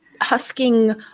husking